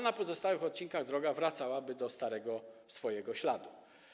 Na pozostałych odcinkach droga wracałaby do swojego starego śladu.